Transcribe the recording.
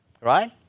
right